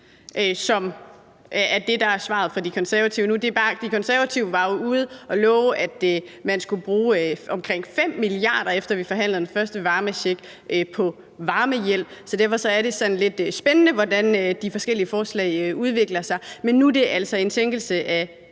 som er det, der er svaret fra De Konservative. De Konservative var ude at love, at man skulle bruge omkring 5 mia. kr. på varmehjælp, efter at vi havde forhandlet den første varmecheck, så derfor er det sådan lidt spændende, hvordan de forskellige forslag udvikler sig. Men nu er det altså en forhøjelse af